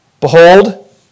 Behold